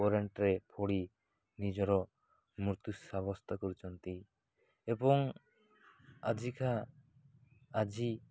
କରେଣ୍ଟରେ ପୋଡ଼ି ନିଜର ମୃତ୍ୟୁ ସାବସ୍ତ୍ୟ କରୁଛନ୍ତି ଏବଂ ଆଜିକା ଆଜି